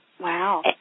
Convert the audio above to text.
Wow